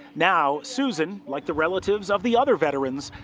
now, susan, like the relatives of the other veterans,